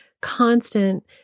constant